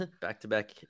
back-to-back